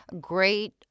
great